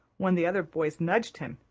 when the other boys nudged him,